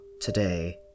today